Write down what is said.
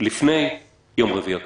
לפני יום רביעי הקרוב.